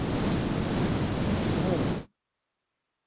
نہیں نہیں